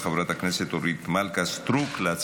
נעבור לנושא הבא על סדר-היום,